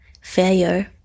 failure